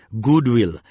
goodwill